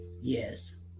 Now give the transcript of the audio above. Yes